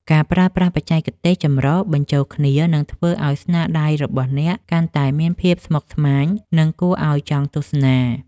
ការប្រើប្រាស់បច្ចេកទេសចម្រុះបញ្ចូលគ្នានឹងធ្វើឱ្យស្នាដៃរបស់អ្នកកាន់តែមានភាពស្មុគស្មាញ និង គួរឱ្យចង់ទស្សនា។